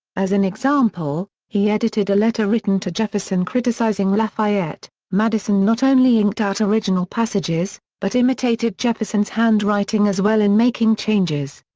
as an example, he edited a letter written to jefferson criticizing lafayette madison not only inked out original passages, but imitated jefferson's handwriting as well in making changes.